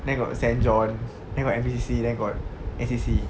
then got saint john then got N_P_C_C then got N_C_C